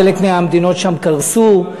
חלק מהמדינות שם קרסו,